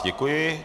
Děkuji.